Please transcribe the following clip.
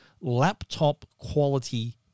laptop-quality